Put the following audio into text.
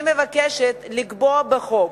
אני מבקשת לקבוע בחוק